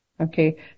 okay